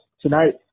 tonight